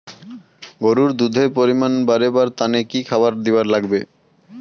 গরুর দুধ এর পরিমাণ বারেবার তানে কি খাবার দিবার লাগবে?